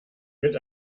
mit